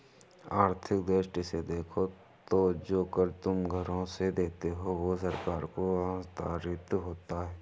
आर्थिक दृष्टि से देखो तो जो कर तुम घरों से देते हो वो सरकार को हस्तांतरित होता है